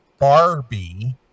barbie